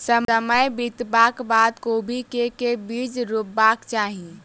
समय बितबाक बाद कोबी केँ के बीज रोपबाक चाहि?